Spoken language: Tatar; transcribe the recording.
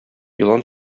елан